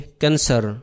cancer